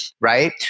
right